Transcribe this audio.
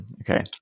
Okay